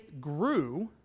grew